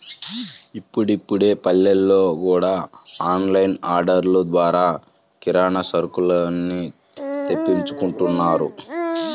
ఇప్పుడిప్పుడే పల్లెల్లో గూడా ఆన్ లైన్ ఆర్డర్లు ద్వారా కిరానా సరుకుల్ని తెప్పించుకుంటున్నారు